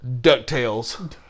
DuckTales